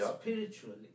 spiritually